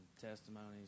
testimonies